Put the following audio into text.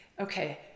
okay